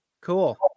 Cool